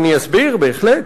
אני אסביר, בהחלט.